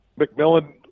McMillan